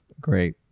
great